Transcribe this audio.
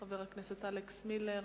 חבר הכנסת אלכס מילר,